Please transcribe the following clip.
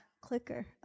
clicker